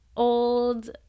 old